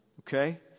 Okay